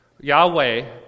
Yahweh